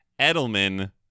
Edelman